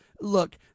Look